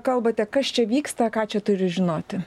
kalbate kas čia vyksta ką čia turi žinoti